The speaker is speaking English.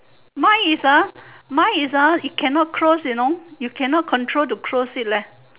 mine is ah mine is ah it cannot close you know you cannot control to close it leh